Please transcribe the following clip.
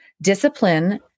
Discipline